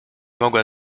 mogła